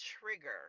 trigger